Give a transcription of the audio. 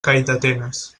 calldetenes